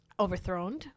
overthrown